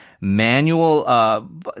manual